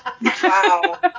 Wow